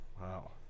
Wow